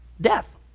death